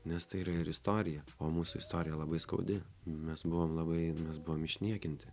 nes tai yra ir istorija o mūsų istorija labai skaudi mes buvom labai mes buvom išniekinti